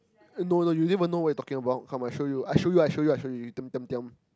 no no you didn't even know where I taking about come I show you I show you I show you I show you diam diam diam